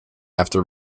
after